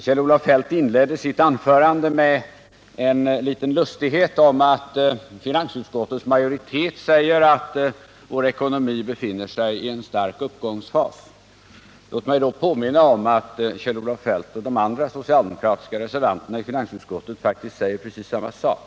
Kjell-Olof Feldt inledde sitt anförande med en lustighet om att finansutskottets majoritet säger att vår ekonomi befinner sig i en stark uppgångsfas. Låt mig påminna om att Kjell-Olof Feldt och de andra socialdemokratiska reservanterna faktiskt säger precis samma sak.